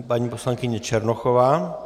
Paní poslankyně Černochová.